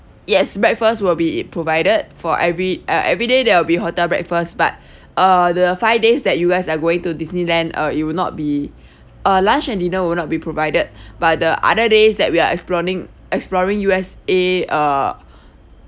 yes breakfast will be it provided for every uh everyday there will be hotel breakfast but uh the five days that you guys are going to disneyland uh it will not be uh lunch and dinner will not be provided but the other days that we are exploring U_S_A uh